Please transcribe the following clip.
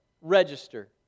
register